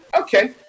Okay